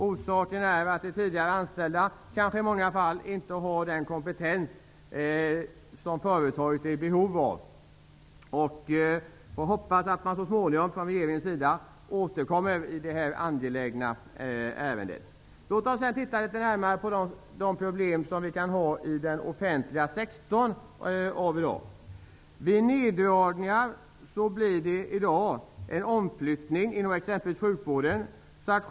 Orsaken är kanske att de tidigare anställda i många fall inte har den kompetens som företaget är i behov av. Jag hoppas att man så småningom återkommer från regeringens sida i det här angelägna ärendet. Låt oss också se litet närmare på de problem som kan finnas i den offentliga sektorn i dag. Vid neddragningar inom sjukvården sker det t.ex. i dag en omflyttning.